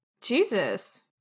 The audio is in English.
Jesus